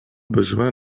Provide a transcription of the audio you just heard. besoin